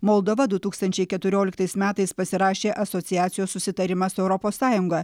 moldova du tūkstančiai keturioliktais metais pasirašė asociacijos susitarimą su europos sąjunga